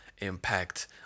impact